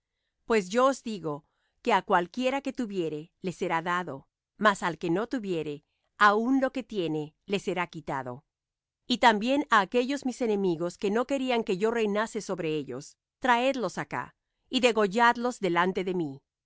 pues yo os digo que á cualquiera que tuviere le será dado mas al que no tuviere aun lo que tiene le será quitado y también á aquellos mis enemigos que no querían que yo reinase sobre ellos traedlos acá y degolladlos delante de mí